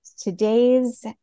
today's